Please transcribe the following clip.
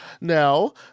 Now